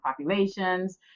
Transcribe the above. populations